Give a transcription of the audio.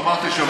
לא אמרתי שלא.